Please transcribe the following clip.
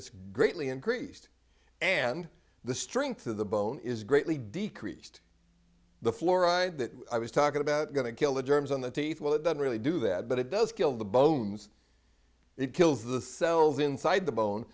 it's greatly increased and the strength of the bone is greatly decreased the fluoride that i was talking about going to kill the germs on the teeth well it doesn't really do that but it does kill the bones it kills the cells inside the bone